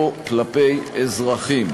או כלפי אזרחים.